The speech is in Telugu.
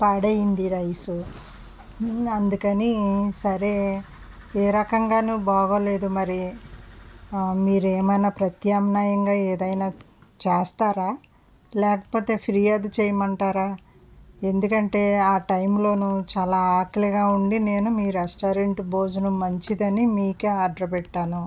పాడైంది రైస్ అందుకని సరే ఏ రకంగానూ బాగోలేదు మరి మీరు ఏమైనా ప్రత్యామ్నాయంగా ఏదైనా చేస్తారా లేకపోతే ఫిర్యాదు చేయమంటారా ఎందుకంటే ఆ టైమ్ లోనూ చాలా ఆకలిగా ఉండి నేను మీ రెస్టారెంట్ భోజనం మంచిదని మీకే ఆర్డర్ పెట్టాను